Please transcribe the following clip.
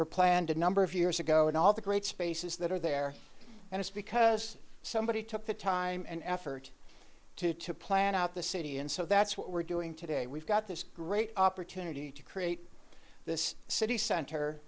were planned a number of years ago and all the great spaces that are there and it's because somebody took the time and effort to to plan out the city and so that's what we're doing today we've got this great opportunity to create this city center